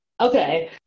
Okay